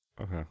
Okay